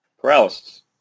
paralysis